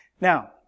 Now